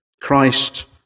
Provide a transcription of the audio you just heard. Christ